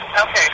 Okay